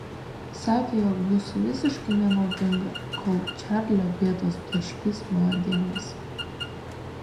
sakė jog būsiu visiškai nenaudinga kol čarlio bėdos blaškys mano dėmesį